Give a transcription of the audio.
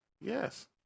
yes